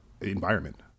environment